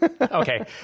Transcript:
Okay